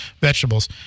vegetables